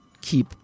keep